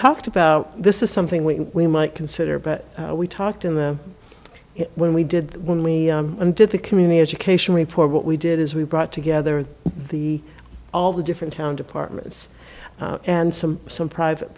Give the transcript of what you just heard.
talked about this is something we might consider but we talked in the when we did that when we did the community education report what we did is we brought together the all the different town departments and some some pri